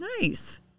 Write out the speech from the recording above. Nice